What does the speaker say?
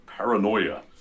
Paranoia